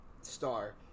star